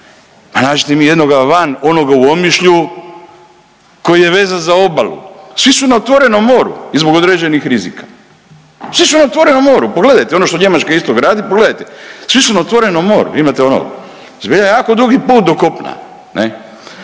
pa nađite mi jednoga van onoga u Omišlju koji je vezan za obalu, svi su na otvorenom moru i zbog određenih rizika, svi su na otvorenom moru, pogledajte, ono što Njemačka isto gradi pogledajte svi su na otvorenom moru, imate ono zbilja jako dugi put do kopna